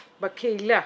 בקהילה.